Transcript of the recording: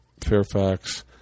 Fairfax